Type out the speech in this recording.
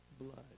blood